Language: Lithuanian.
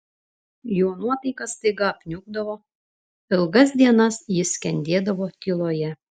jo nuotaika staiga apniukdavo ilgas dienas jis skendėdavo tyloje